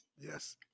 Yes